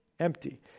Empty